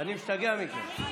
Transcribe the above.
אני משתגע מכם.